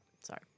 Sorry